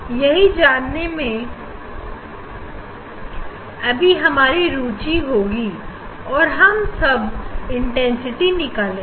यही जानने में अब हमारी ऊंची होगी और अब हम इंटेंसिटी निकालेंगे